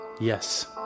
Yes